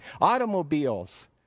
automobiles